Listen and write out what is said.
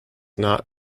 not